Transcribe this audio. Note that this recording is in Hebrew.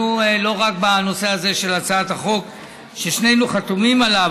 לא רק בנושא הזה של הצעת החוק ששנינו חתומים עליה,